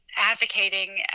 advocating